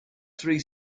three